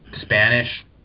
Spanish